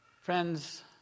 Friends